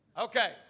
Okay